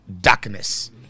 darkness